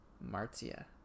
Martia